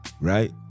right